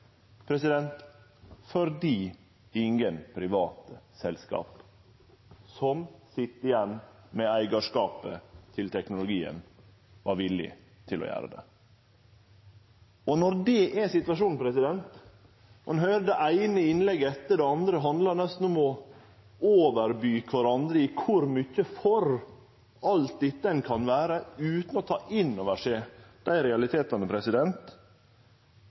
fordi ingen private selskap som sit igjen med eigarskapen til teknologien, var villige til å gjere det. Når det er situasjonen og det eine innlegget etter det andre handlar om nesten å overby kvarandre i kor mykje for alt dette ein kan vere, utan å ta innover seg dei realitetane,